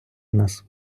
нас